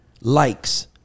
likes